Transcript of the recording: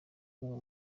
kumvwa